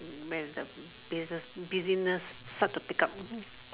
when the business busyness start to pickup